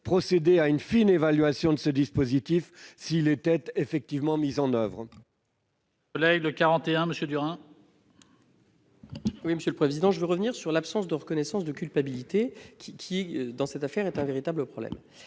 procéder à une fine évaluation de ce dispositif s'il doit être mis en oeuvre.